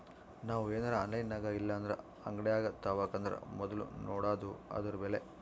ನಾವು ಏನರ ಆನ್ಲೈನಿನಾಗಇಲ್ಲಂದ್ರ ಅಂಗಡ್ಯಾಗ ತಾಬಕಂದರ ಮೊದ್ಲು ನೋಡಾದು ಅದುರ ಬೆಲೆ